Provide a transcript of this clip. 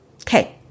Okay